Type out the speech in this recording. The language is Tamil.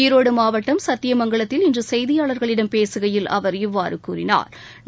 ஈரோடு மாவட்டம் சத்தியமங்கலத்தில் இன்று செய்தியாளா்களிடம் பேசுகையில்அவர் இவ்வாறு கூறினா்